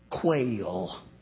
quail